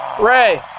Ray